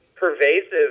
pervasive